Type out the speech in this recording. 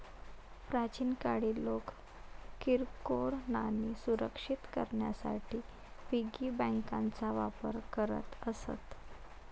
प्राचीन काळी लोक किरकोळ नाणी सुरक्षित करण्यासाठी पिगी बँकांचा वापर करत असत